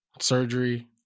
Surgery